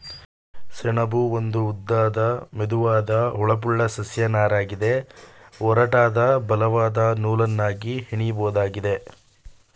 ಸೆಣಬು ಒಂದು ಉದ್ದದ ಮೆದುವಾದ ಹೊಳಪುಳ್ಳ ಸಸ್ಯ ನಾರಗಿದೆ ಒರಟಾದ ಬಲವಾದ ನೂಲನ್ನಾಗಿ ಹೆಣಿಬೋದಾಗಿದೆ